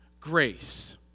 grace